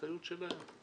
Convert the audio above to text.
זו אחריות של המשרד,